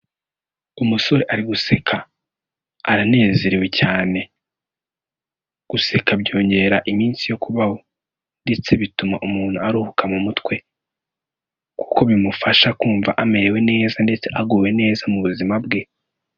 Umusore ari guseka. Aranezerewe cyane. Guseka byongera iminsi yo kubaho ndetse bituma umuntu aruhuka mu mutwe. Kuko bimufasha kumva amerewe neza ndetse aguwe neza mu buzima bwe.